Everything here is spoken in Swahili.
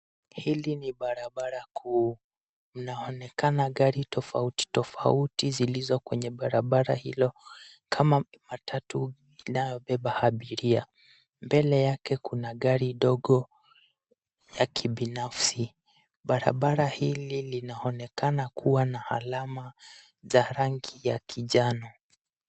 Hili ni barabara kuu. Inaonekana gari tofauti tofauti zilizo kwenye barabara hilo kama matatu inayobeba abiria. Mbele yake kuna gari ndogo ya kibinafsi. Barabara hili linaonekana kuwa na alama za rangi ya kijani.